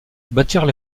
battirent